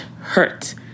hurt